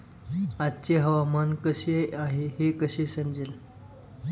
आजचे हवामान कसे आहे हे कसे समजेल?